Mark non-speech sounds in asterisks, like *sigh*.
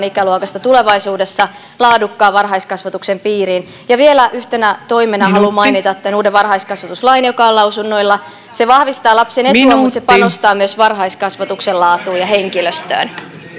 *unintelligible* ikäluokasta tulevaisuudessa laadukkaan varhaiskasvatuksen piiriin vielä yhtenä toimena haluan mainita tämän uuden varhaiskasvatuslain joka on lausunnoilla se vahvistaa lapsen etua mutta se panostaa myös varhaiskasvatuksen laatuun ja henkilöstöön